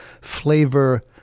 flavor